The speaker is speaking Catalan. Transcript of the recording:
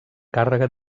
càrrega